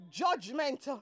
judgment